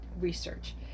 research